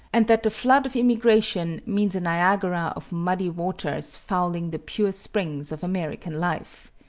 and that the flood of immigration means a niagara of muddy waters fouling the pure springs of american life.